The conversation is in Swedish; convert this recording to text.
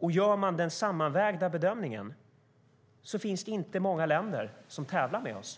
Gör man den sammanvägda bedömningen finns det inte många länder som tävlar med oss.